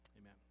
amen